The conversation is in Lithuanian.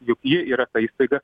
juk ji yra ta įstaiga